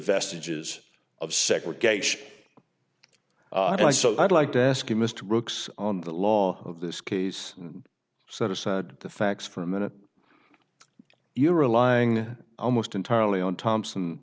vestiges of segregation and i so i'd like to ask you mr brooks on the law of this case and set aside the facts for a minute you're a lying almost entirely on thompson